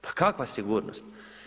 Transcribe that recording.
Pa kakva sigurnost?